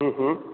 हुँ हुँ